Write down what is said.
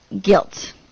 guilt